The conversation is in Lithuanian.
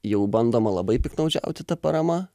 jau bandoma labai piktnaudžiauti ta parama